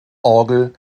orgel